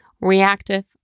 reactive